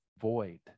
void